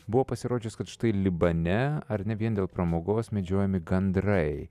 buvo pasirodžius kad štai libane ar ne vien dėl pramogos medžiojami gandrai